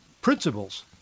principles